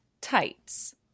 tights